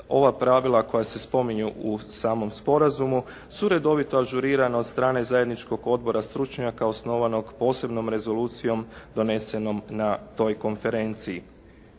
ova pravila koja se spominju u samom sporazumu su redovita ažuriranost strane zajedničkog odbora stručnjaka osnovanog posebnom rezolucijom donesenom na toj konferenciji.